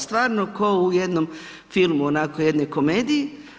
Stvarno kao u jednom filmu, onako jednoj komediji.